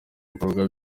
bikorwa